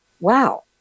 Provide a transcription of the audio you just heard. wow